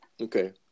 Okay